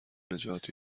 نجات